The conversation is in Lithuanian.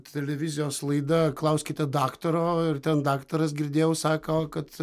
televizijos laida klauskite daktaro ir ten daktaras girdėjau sako kad